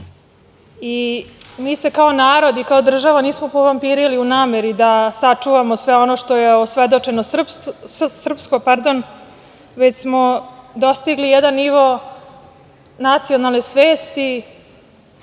se kao narod i kao država nismo povampirili u nameri da sačuvamo sve ono što je osvedočeno srpsko već smo dostigli jedan nivo nacionalne svesti,